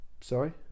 sorry